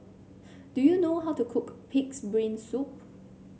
do you know how to cook pig's brain soup